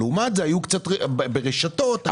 לעומת זה ברשתות לא הייתה ירידה.